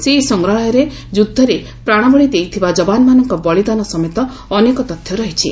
ସେହି ସଂଗ୍ରହାଳୟରେ ଯୁଦ୍ଧରେ ପ୍ରାଣବଳୀ ଦେଇଥିବା ଯବାନମାନଙ୍କ ବଳିଦାନ ସମେତ ଅନେକ ତଥ୍ୟ ରହିଛି